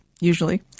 usually